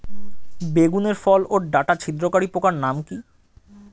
বেগুনের ফল ওর ডাটা ছিদ্রকারী পোকার নাম কি?